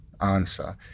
answer